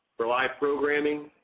for live programming,